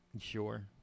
Sure